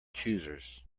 choosers